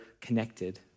connected